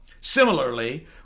similarly